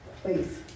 please